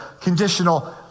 conditional